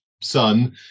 son